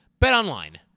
BetOnline